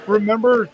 Remember